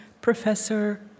professor